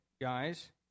guys